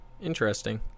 Interesting